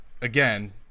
again